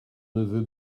neveu